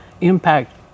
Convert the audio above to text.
impact